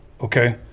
okay